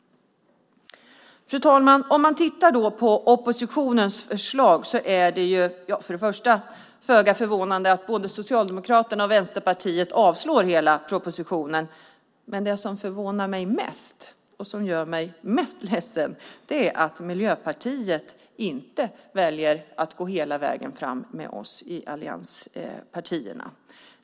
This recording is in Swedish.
Fru talman! När det gäller oppositionens förslag är det först och främst föga förvånande att både Socialdemokraterna och Vänsterpartiet vill avslå hela propositionen. Men det som förvånar mig mest och som gör mig mest ledsen är att Miljöpartiet inte väljer att gå hela vägen fram med oss i allianspartierna.